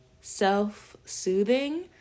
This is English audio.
self-soothing